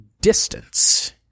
Distance